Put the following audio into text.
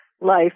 life